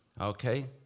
Okay